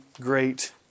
great